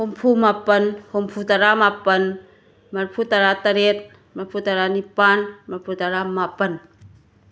ꯍꯨꯝꯐꯨꯃꯥꯄꯟ ꯍꯨꯝꯐꯨꯇꯔꯥꯃꯥꯄꯟ ꯃꯔꯐꯨꯇꯔꯥꯇꯔꯦꯠ ꯃꯔꯐꯨꯇꯔꯥꯅꯤꯄꯥꯟ ꯃꯔꯐꯨꯇꯔꯥꯃꯥꯄꯟ